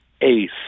ace